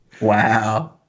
Wow